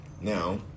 now